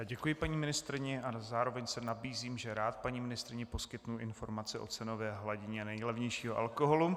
Děkuji paní ministryni a zároveň se nabízím, že rád paní ministryni poskytnu informace o cenové hladině nejlevnějšího alkoholu.